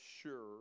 sure